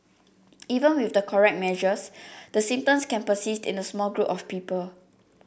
even with the correct measures the symptoms can persist in a small group of people